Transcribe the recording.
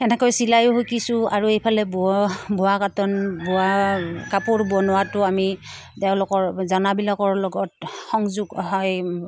সেনেকৈ চিলাইও শুকিছোঁ আৰু এইফালে বোৱা বোৱা কটা বোৱা কাপোৰ বনোৱাটো আমি তেওঁলোকৰ জানাবিলাকৰ লগত সংযোগ হয়